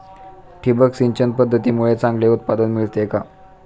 ठिबक सिंचन पद्धतीमुळे चांगले उत्पादन मिळते का?